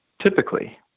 Typically